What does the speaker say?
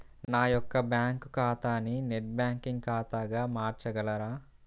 నా యొక్క బ్యాంకు ఖాతాని నెట్ బ్యాంకింగ్ ఖాతాగా మార్చగలరా?